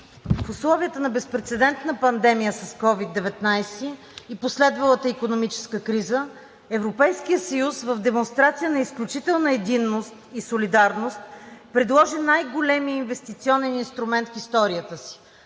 В условията на безпрецедентна пандемия с COVID-19 и последвалата икономическа криза Европейският съюз в демонстрация на изключителна единност и солидарност, предложи най-големия инвестиционен инструмент в историята си